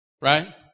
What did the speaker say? Right